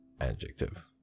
Adjective